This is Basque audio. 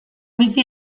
bizi